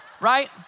right